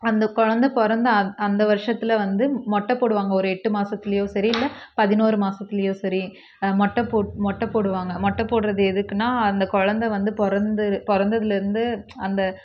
அந்த குழந்தை பிறந்து அந்த வருஷத்தில் வந்து மொட்டை போடுவாங்க ஒரு எட்டு மாதத்துலயோ சரி இல்லை பதினொறு மாதத்துலயோ சரி மொட்டை போ மொட்டை போடுவாங்க மொட்டை போடுவது எதுக்குனால் அந்த குழந்தை வந்து பிறந்து பிறந்ததுல இருந்து அந்த